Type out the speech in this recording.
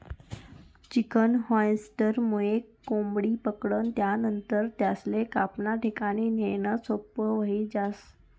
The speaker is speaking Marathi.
चिकन हार्वेस्टरमुये कोंबडी पकडनं आणि त्यानंतर त्यासले कापाना ठिकाणे नेणं सोपं व्हयी जास